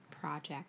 project